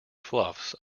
fluffs